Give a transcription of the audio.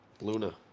Luna